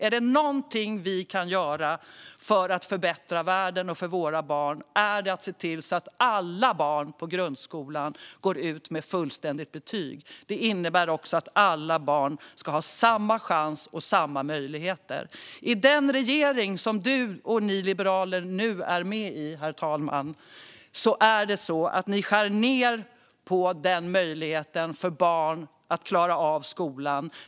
Om det är något vi kan göra för att förbättra världen för våra barn är det att se till att alla barn går ut grundskolan med fullständiga betyg. Det innebär också att alla barn ska ha samma chans och samma möjligheter. I den regering som du och ni liberaler är med i skär ni ned på möjligheten för barn att klara av skolan.